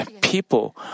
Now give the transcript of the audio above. People